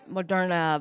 Moderna